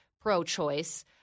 pro-choice